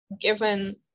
given